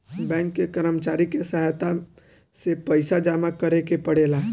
bank के कर्मचारी के सहायता से पइसा जामा करेके पड़ेला